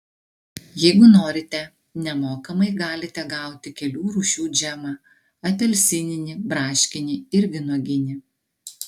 jeigu norite nemokamai galite gauti kelių rūšių džemą apelsininį braškinį ir vynuoginį